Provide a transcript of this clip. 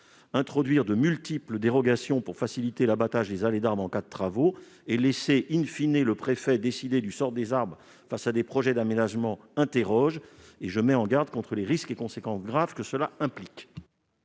Introduire de multiples dérogations pour l'abattage des allées d'arbres en cas de travaux, et laisser le préfet décider du sort des arbres face à des projets d'aménagement, interroge. Je mets en garde contre les risques et conséquences graves que cela implique.